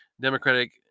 Democratic